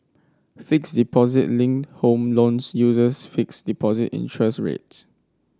fixed deposit linked home loans uses fixed deposit interest rates